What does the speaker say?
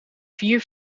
vier